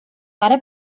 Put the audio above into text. bara